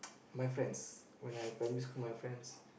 my friends when I'm in primary school my friends